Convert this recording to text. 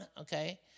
okay